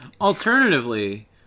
Alternatively